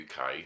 UK